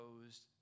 opposed